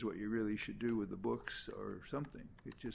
what you really should do with the books or something